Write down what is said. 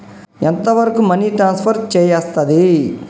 ఎంత వరకు money transfer చేయస్తది?